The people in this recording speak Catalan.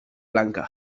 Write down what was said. blanca